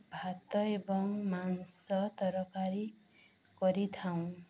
ଭାତ ଏବଂ ମାଂସ ତରକାରୀ କରିଥାଉ